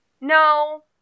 no